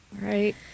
right